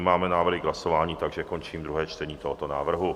Nemáme návrhy k hlasování, takže končím druhé čtení tohoto návrhu.